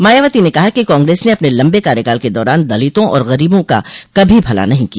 मायावती ने कहा कि कांग्रेस ने अपने लम्बे कार्यकाल के दौरान दलितों और गरीबों का कभी भला नहीं किया